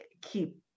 keep